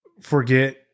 forget